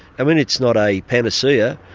i mean it's not a panacea,